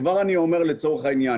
כבר אני אומר לצורך העניין,